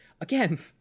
Again